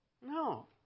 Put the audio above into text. no